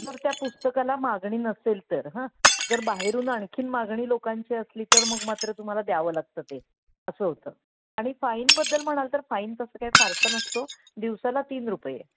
तर त्या पुस्तकाला मागणी नसेल तर हां जर बाहेरून आणखी मागणी लोकांची असली तर मग मात्र तुम्हाला द्यावं लागतं ते असं होतं आणि फाईनबद्दल म्हणाल तर फाईन तसं काय फारसा नसतो दिवसाला तीन रुपये